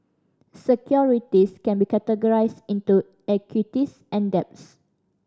securities can be categorized into equities and debts